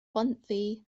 bontddu